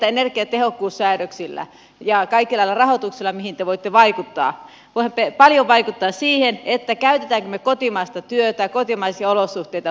energiatehokkuussäädöksillä ja kaikilla näillä rahoituksilla te voitte vaikuttaa paljon siihen käytämmekö me kotimaista työtä ja otammeko kotimaisia olosuhteita huomioon